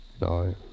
No